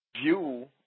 view